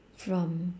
from